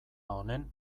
honen